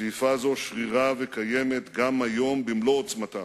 שאיפה זו שרירה וקיימת גם היום במלוא עוצמתה.